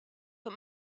but